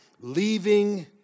Leaving